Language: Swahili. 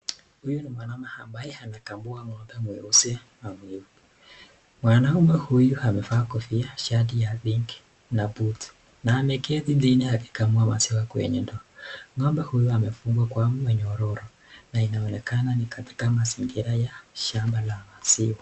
Huyu ni mwanaume ambaye anakamua ng'ombe mweusi na mweupe, mwanaume huyu amevaa kofia, shati ya pinki na buti na ameketi chini akikamua maziwa kwenye ndoo, ng'ombe huyu amefungwa kwa kamba nyororo na inaonekana ni katika mazingira ya shamba la ziwa.